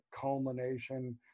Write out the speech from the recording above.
culmination